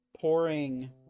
pouring